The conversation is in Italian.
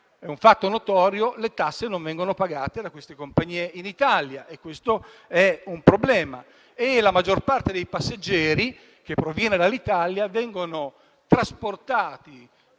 è un fatto notorio - le tasse non vengono pagate in Italia e questo è un problema. La maggior parte dei passeggeri che proviene dall'Italia viene trasportata